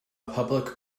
public